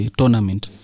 tournament